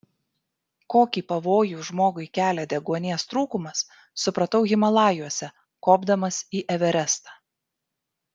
kokį pavojų žmogui kelia deguonies trūkumas supratau himalajuose kopdamas į everestą